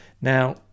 now